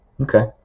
Okay